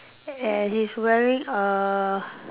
and he's wearing a